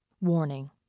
Warning